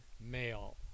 male